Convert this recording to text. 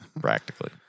Practically